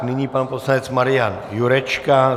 Nyní pan poslanec Marian Jurečka.